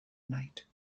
night